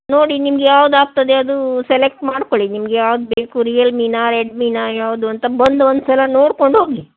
ನೋಡಿ ನಿಮ್ಗೆ ಯಾವ್ದು ಆಗ್ತದೆ ಅದೂ ಸೆಲೆಕ್ಟ್ ಮಾಡ್ಕೊಳ್ಳಿ ನಿಮ್ಗೆ ಯಾವ್ದು ಬೇಕು ರಿಯಲ್ಮಿನಾ ರೆಡ್ಮಿನಾ ಯಾವುದು ಅಂತ ಬಂದು ಒಂದು ಸಲ ನೋಡ್ಕೊಂಡು ಹೋಗಿ